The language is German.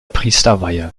priesterweihe